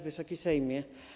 Wysoki Sejmie!